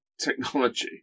Technology